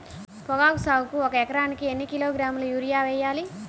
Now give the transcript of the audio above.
పొగాకు సాగుకు ఒక ఎకరానికి ఎన్ని కిలోగ్రాముల యూరియా వేయాలి?